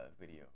video